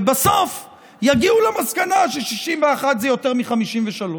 ובסוף יגיעו למסקנה ש-61 זה יותר מ-53.